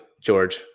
George